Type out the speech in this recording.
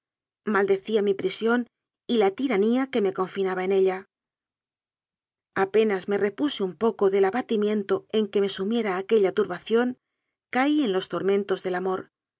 maldecía mi prisión y la tira nía que me confinaba en ella apenas me repuse un poco del abatimiento en que me sumiera aque lla turbación caí en los tormentos del amor